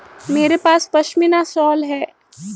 मेरे पास पशमीना शॉल है